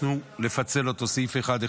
התשפ"ה 2024 ,